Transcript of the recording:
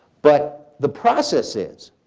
but the process is,